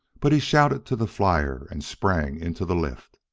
but he shouted to the flyer and sprang into the lift.